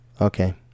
Okay